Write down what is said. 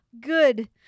good